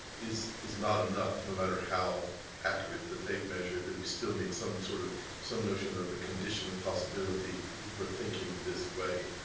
is is not enough, no matter how accurate the tape measure, that we still need some sort of some notion of the condition of possibility for thinking this way.